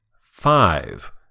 five